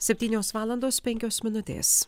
septynios valandos penkios minutės